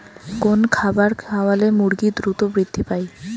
কোন খাবার খাওয়ালে মুরগি দ্রুত বৃদ্ধি পায়?